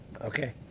Okay